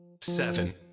seven